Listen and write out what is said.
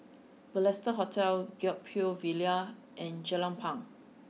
Balestier Hotel Gek Poh Ville and Jelapang